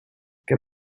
heb